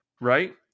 right